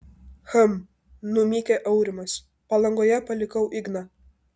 hm numykė aurimas palangoje palikau igną